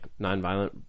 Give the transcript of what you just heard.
nonviolent